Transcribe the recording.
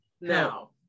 now